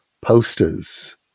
posters